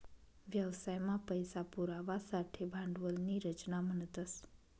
व्यवसाय मा पैसा पुरवासाठे भांडवल नी रचना म्हणतस